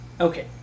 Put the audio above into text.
Okay